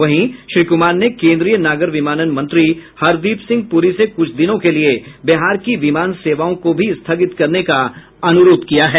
वहीं श्री कुमार ने केन्द्रीय नागर विमानन मंत्री हरदीप सिंह पुरी से कुछ दिनों के लिए बिहार की विमान सेवाओं को भी स्थगित करने का अनुरोध किया है